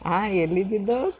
ಹಾಂ ಎಲ್ಲಿದ್ದೆ ದೋಸ್ತ್